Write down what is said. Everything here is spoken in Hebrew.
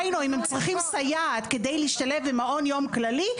היינו אם הם צריכים סייעת כדי להשתלב במעון יום כללי,